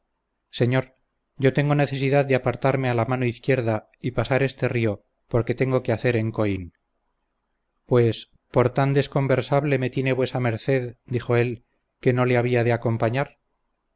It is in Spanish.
señor yo tengo necesidad de apartarme a la mano izquierda y pasar este río porque tengo qué hacer en coin pues por tan desconversable me tiene vuesa merced dijo él que no le había de acompañar